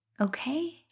okay